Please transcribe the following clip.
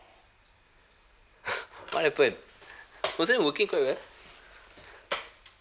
what happen wasn't it working quite well